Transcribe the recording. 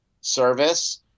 service